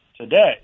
today